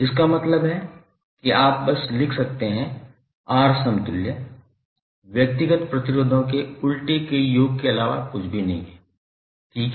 इसका मतलब है कि आप बस लिख सकते हैं R समतुल्य व्यक्तिगत प्रतिरोधों के उलटे के योग के अलावा कुछ भी नहीं है ठीक है